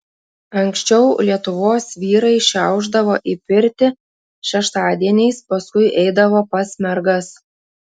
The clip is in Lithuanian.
anksčiau lietuvos vyrai šiaušdavo į pirtį šeštadieniais paskui eidavo pas mergas